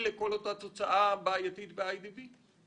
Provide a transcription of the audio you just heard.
לכל אותה תוצאה בעיתית באיי די בי?